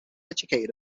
educated